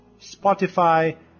Spotify